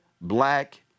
black